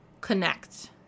connect